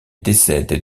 décède